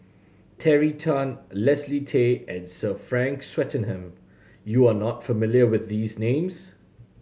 Terry Tan Leslie Tay and Sir Frank Swettenham you are not familiar with these names